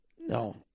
No